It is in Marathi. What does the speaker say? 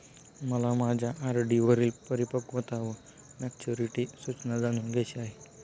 मला माझ्या आर.डी वरील परिपक्वता वा मॅच्युरिटी सूचना जाणून घ्यायची आहे